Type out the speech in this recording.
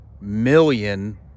million